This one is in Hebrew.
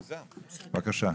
בבקשה.